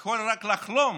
יכול רק לחלום